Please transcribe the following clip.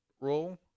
role